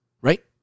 right